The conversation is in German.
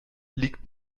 liegt